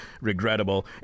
regrettable